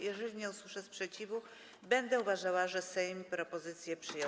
Jeżeli nie usłyszę sprzeciwu, będę uważała, że Sejm propozycję przyjął.